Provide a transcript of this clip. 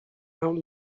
out